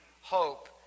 hope